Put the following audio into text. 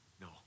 No